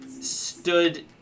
stood